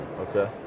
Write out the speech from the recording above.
okay